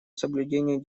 соблюдения